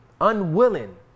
Unwilling